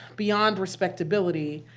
beyond respectability,